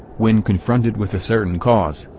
when confronted with a certain cause,